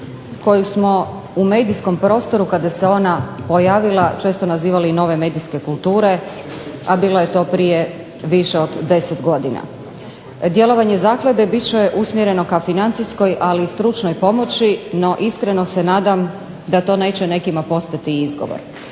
koje smo u medijskom prostoru kada se ona pojavila često nazivali i nove medijske kulture a bilo je to prije više od 10 godina. Djelovanje zaklade bit će usmjereno k financijskoj ali i stručnoj pomoći. No iskreno se nadam da će to nekima postati izgovor.